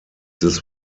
this